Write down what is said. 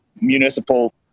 municipal